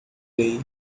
lei